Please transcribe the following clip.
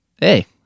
hey